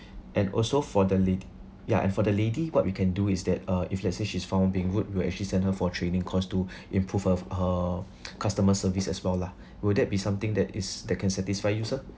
and also for the lad~ ya and for the lady what we can do is that uh if let's say she's found being rude we'll actually send her for a training course to improve her uh customer service as well lah will that be something that is that can satisfy you sir